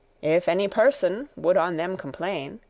if any person would on them complain